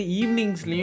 evenings